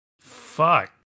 fuck